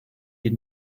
die